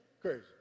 Crazy